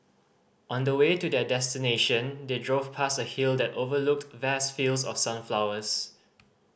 on the way to their destination they drove past a hill that overlooked vast fields of sunflowers